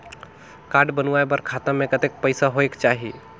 Card बनवाय बर खाता मे कतना पईसा होएक चाही?